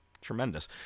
tremendous